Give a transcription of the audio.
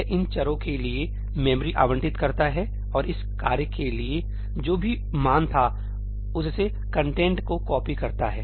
यह इन चरों के लिए मेमोरी आवंटित करता है और इस कार्य के लिए जो भी मान था उससे कंटेंट को कॉपी करता है